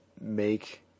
make